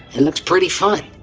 it looks pretty fun!